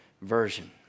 Version